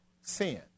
sin